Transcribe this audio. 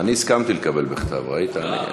אני הסכמתי לקבל בכתב, ראית.